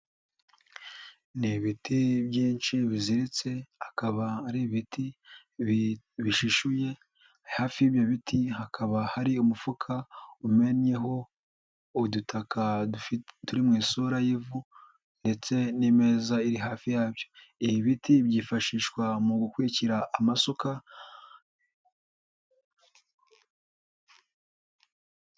Ni ibiti byinshi biziritse akaba ari ibiti bishishuye, hafi y'ibyo biti hakaba hari umufuka umennyeho udutaka turi mu isura y'ivu ndetse n'imeza iri hafi yabyo, ibi biti byifashishwa mu gukwikira amasuka.